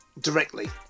directly